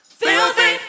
filthy